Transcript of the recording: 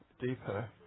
deeper